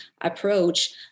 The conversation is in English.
approach